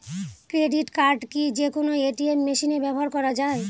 Credit card কি যে কোনো এ.টি.এম মেশিনে ব্যবহার করা য়ায়?